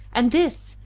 and this,